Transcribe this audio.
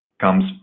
comes